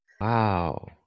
Wow